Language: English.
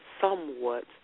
somewhat